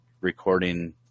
recording